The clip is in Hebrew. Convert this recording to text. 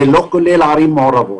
זה לא כולל ערים מעורבות,